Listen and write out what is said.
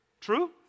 True